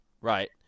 Right